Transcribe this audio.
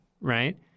right